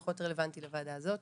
פחות רלוונטי לוועדה הזאת.